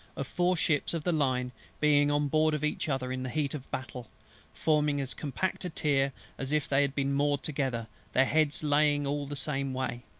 of four ships of the line being on board of each other in the heat of battle forming as compact a tier as if they had been moored together, their heads lying all the same way.